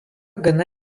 gana